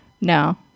No